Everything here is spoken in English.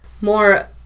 More